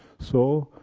so,